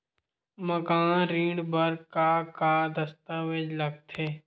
मकान ऋण बर का का दस्तावेज लगथे?